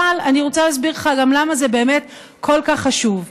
אבל אני רוצה להסביר לך גם למה זה באמת כל כך חשוב: